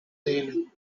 nele